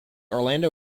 orlando